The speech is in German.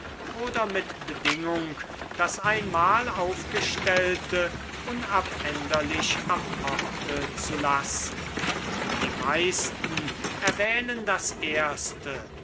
oder mit bedingung das einmal aufgestellte unabänderlich am orte zu lassen die meisten erwählen das erste